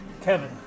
Kevin